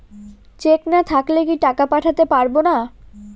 Check না থাকলে কি টাকা পাঠাতে পারবো না?